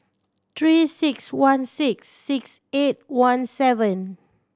Three Six One six six eight one seven